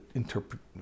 interpret